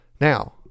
Now